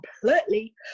completely